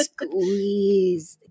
Squeeze